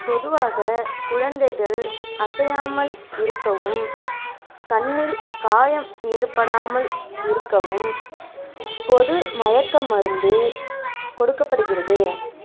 பொதுவாக குழந்தைகள் அசையாமல் இருக்கவும் கண்ணில் காயம் ஏற்படாமல் இருக்கவும் பொது மயக்க மருந்து கொடுக்கப்படுகிறது